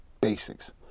Basics